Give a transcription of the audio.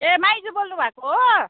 ए माइजू बोल्नु भएको हो